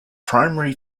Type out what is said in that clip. primary